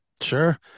sure